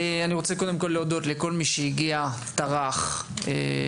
אני רוצה להודות לכל מי שטרח והגיע לדיון.